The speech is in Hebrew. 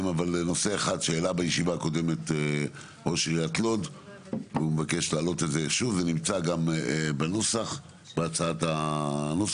אבל ראש עיר מפעיל את הרשות גם באמצעות הסגנים